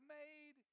made